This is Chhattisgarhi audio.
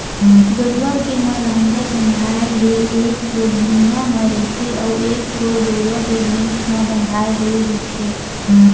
गरूवा के म लांहगर बंधाय ले एक छोर भिंयाँ म रहिथे अउ एक छोर गरूवा के घेंच म बंधाय होय रहिथे